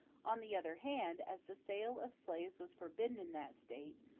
on the other hand, as the sale of slaves was forbidden in that state,